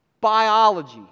Biology